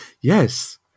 yes